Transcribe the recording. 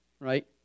right